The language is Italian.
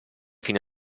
fino